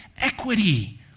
equity